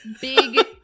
big